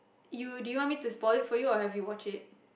you do you want me to spoil it for you or have you watched it